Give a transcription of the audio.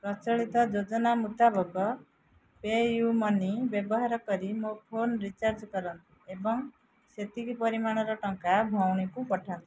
ପ୍ରଚଳିତ ଯୋଜନା ମୁତାବକ ପେ ୟୁ ମନି ବ୍ୟବହାର କରି ମୋ ଫୋନ୍ ରିଚାର୍ଜ କରନ୍ତୁ ଏବଂ ସେତିକି ପରିମାଣର ଟଙ୍କା ଭଉଣୀ କୁ ପଠାନ୍ତୁ